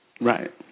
Right